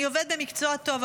אני עובד במקצוע טוב,